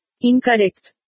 Incorrect